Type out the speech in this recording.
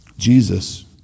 Jesus